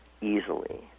easily